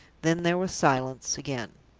then there was silence again.